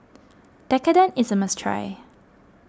Tekkadon is a must try